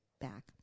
back